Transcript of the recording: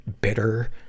bitter